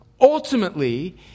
ultimately